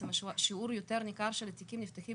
השיעור היותר ניכר של התיקים נפתחים